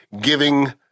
giving